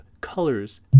colors